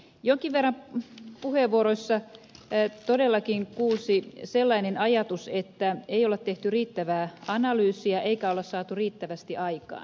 jonkin verran puheenvuoroissa todellakin kuulsi sellainen ajatus että ei ole tehty riittävää analyysiä eikä ole saatu riittävästi aikaan